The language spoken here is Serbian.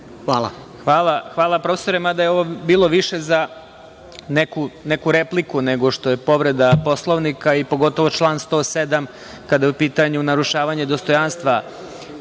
Hvala profesore, mada je ovo bilo više za neku repliku nego što je povreda Poslovnika, pogotovo član 107. kada je u pitanju narušavanje dostojanstva